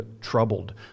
troubled